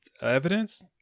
evidence